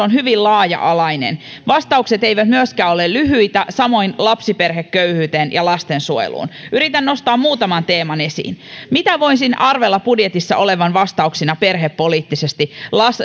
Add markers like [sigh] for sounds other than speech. [unintelligible] on hyvin laaja alainen vastaukset eivät myöskään ole lyhyitä samoin lapsiperheköyhyyteen ja lastensuojeluun yritän nostaa muutaman teeman esiin mitä voisin arvella budjetissa olevan vastauksia perhepoliittisesti